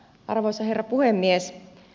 arvoisa herra puhemies